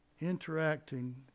interacting